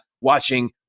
watching